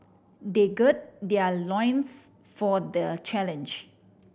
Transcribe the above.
they gird their loins for the challenge